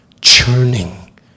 churning